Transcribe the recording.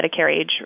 Medicare-age